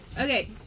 Okay